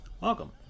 welcome